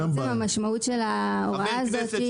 שהמשמעות של ההוראה הזאת היא